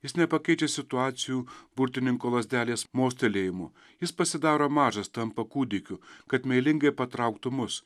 jis nepakeičia situacijų burtininko lazdelės mostelėjimu jis pasidaro mažas tampa kūdikiu kad meilingai patrauktų mus